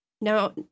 now